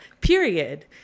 period